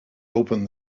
open